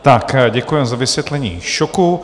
Tak děkuji za vysvětlení šoku.